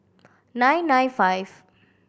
nine nine five